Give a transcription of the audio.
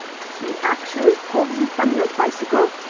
he actually pulled you from your bicycle?